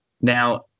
Now